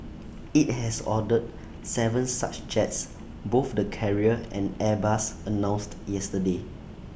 IT has ordered Seven such jets both the carrier and airbus announced yesterday